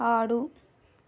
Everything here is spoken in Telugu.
ఆడు